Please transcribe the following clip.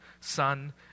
Son